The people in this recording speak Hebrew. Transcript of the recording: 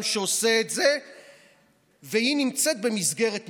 שעושה את זה והיא נמצאת במסגרת מקצועית.